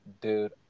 Dude